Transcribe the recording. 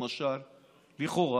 למשל, לכאורה.